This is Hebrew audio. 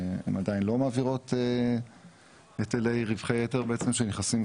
הן עדיין לא מעבירות היטלי רווחי יתר שנכנסים,